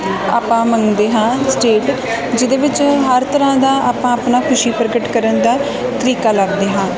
ਆਪਾਂ ਮੰਨਦੇ ਹਾਂ ਸਟੇਟ ਜਿਹਦੇ ਵਿੱਚ ਹਰ ਤਰ੍ਹਾਂ ਦਾ ਆਪਾਂ ਆਪਣਾ ਖੁਸ਼ੀ ਪ੍ਰਗਟ ਕਰਨ ਦਾ ਤਰੀਕਾ ਲੱਭਦੇ ਹਾਂ